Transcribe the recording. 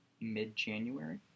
mid-January